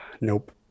Nope